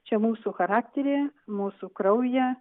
čia mūsų charakteryje mūsų kraujyje